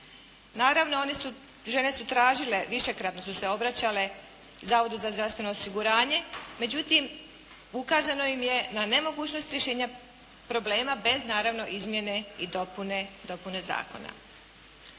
Naravno one su, žene su tražile, višekratno su se obraćale Zavodu za zdravstveno osiguranje. Međutim, ukazano im je na nemogućnost rješenja problema bez naravno izmjene i dopune zakona.